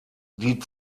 die